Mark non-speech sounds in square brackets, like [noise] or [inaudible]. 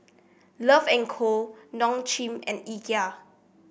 Love and Co Nong [unintelligible] and Ikea